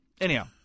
Anyhow